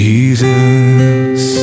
Jesus